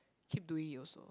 keep doing it also